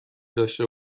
داشته